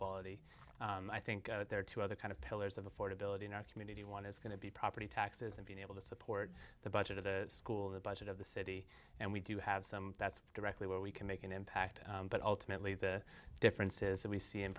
quality i think there are two other kind of pillars of affordability in our community one is going to be property taxes and being able to support the budget of the school the budget of the city and we do have some that's directly where we can make an impact but ultimately the difference is that we see in